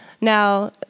Now